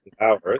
hours